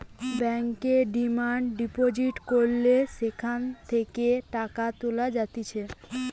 ব্যাংকে demand deposit করলে সেখান থেকে টাকা তুলা যাইতেছে